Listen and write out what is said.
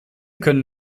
können